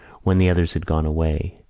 when the others had gone away,